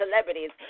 celebrities